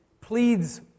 pleads